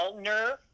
nerve